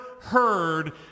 heard